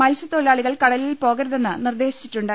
മത്സ്യത്തൊ ഴിലാളികൾ കടലിൽ പോകരുതെന്ന് നിർദ്ദേശിച്ചിട്ടുണ്ട്